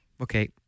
Okay